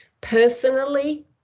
Personally